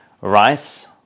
Rice